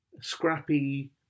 scrappy